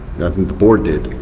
i think the board did.